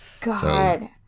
God